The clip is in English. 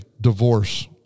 divorce